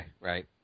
right